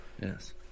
yes